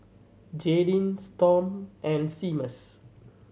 Jaydin Storm and Seamus